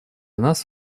нас